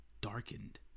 darkened